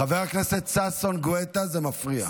חבר הכנסת ששון גואטה, זה מפריע.